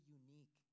unique